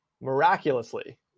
miraculously